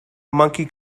monkey